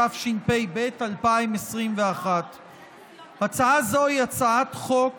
התשפ"ב 2022. הצעה זו היא הצעת חוק